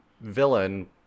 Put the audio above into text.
villain